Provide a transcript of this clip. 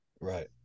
Right